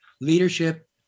leadership